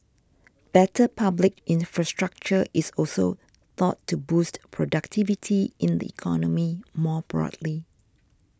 better public infrastructure is also thought to boost productivity in the economy more broadly